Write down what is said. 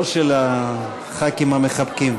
לא של חברי הכנסת המחבקים.